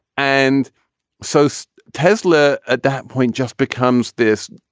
and so so tesla at that point just becomes this